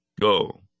go